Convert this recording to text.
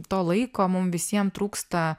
to laiko mum visiem trūksta